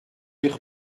eich